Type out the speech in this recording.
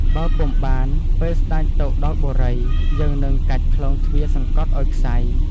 បើពុំបាន ពេលស្តេចទៅដល់បុរី យើងនឹងកាច់ក្លោងទ្វារសង្កត់ឱ្យក្ស័យ។